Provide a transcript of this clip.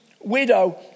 widow